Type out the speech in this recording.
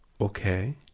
Okay